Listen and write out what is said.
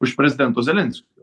už prezidento zelenskio